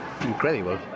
incredible